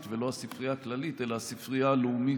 ולא הספרייה הכללית אלא הספרייה הלאומית,